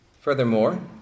Furthermore